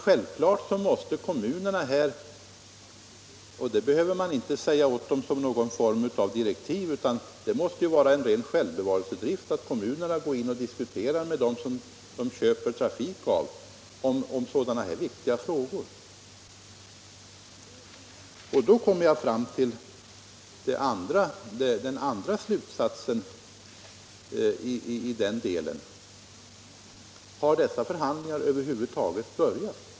Självklart måste kommunerna — och det behöver man inte säga åt dem som någon form av direktiv, utan det måste vara en ren självbevarelsedrift — gå in och diskutera sådana viktiga frågor med dem som de köper trafik av. Då kommer jag fram till den andra slutsatsen i den delen: Har dessa förhandlingar över huvud taget börjat?